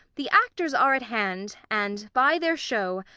the actors are at hand and, by their show,